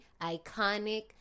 iconic